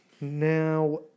Now